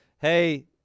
hey